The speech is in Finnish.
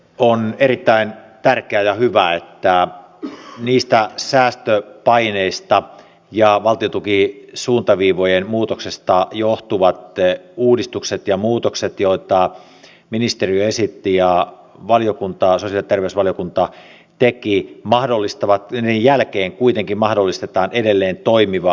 on erittäin tärkeä ja hyvä että säästöpaineista ja valtiontukisuuntaviivojen muutoksesta johtuvien uudistusten ja muutosten jälkeen joita ministeriö esitti ja sosiaali ja terveysvaliokunta teki kuitenkin mahdollistetaan edelleen toimiva lomitusjärjestelmä